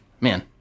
Man